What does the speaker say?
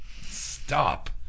Stop